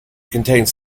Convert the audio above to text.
contains